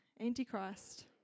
Antichrist